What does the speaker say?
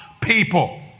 people